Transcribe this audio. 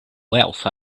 wealth